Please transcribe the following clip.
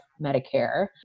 Medicare